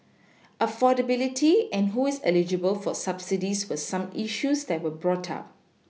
affordability and who is eligible for subsidies were some issues that were brought up